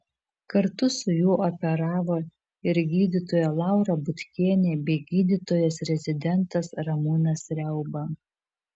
kartu su juo operavo ir gydytoja laura butkienė bei gydytojas rezidentas ramūnas riauba